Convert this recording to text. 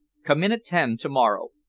come in at ten to-morrow,